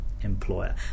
employer